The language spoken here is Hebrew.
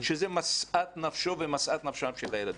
שזה משאת נפשו ומשאת נפשם של הילדים.